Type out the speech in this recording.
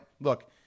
look